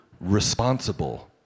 responsible